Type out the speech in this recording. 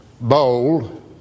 bold